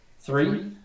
Three